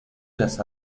las